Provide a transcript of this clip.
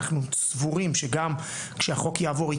אנחנו סבורים שגם כשהחוק יעבור,